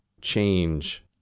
change